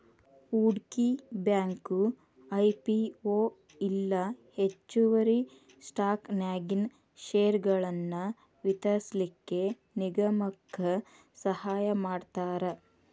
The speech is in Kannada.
ಹೂಡ್ಕಿ ಬ್ಯಾಂಕು ಐ.ಪಿ.ಒ ಇಲ್ಲಾ ಹೆಚ್ಚುವರಿ ಸ್ಟಾಕನ್ಯಾಗಿನ್ ಷೇರ್ಗಳನ್ನ ವಿತರಿಸ್ಲಿಕ್ಕೆ ನಿಗಮಕ್ಕ ಸಹಾಯಮಾಡ್ತಾರ